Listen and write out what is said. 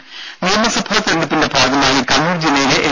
രും നിയമസഭാ തെരഞ്ഞെടുപ്പിന്റെ ഭാഗമായി കണ്ണൂർ ജില്ലയിലെ എൽ